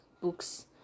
books